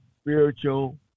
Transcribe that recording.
spiritual